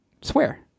Swear